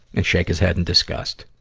and shake his head in disgust.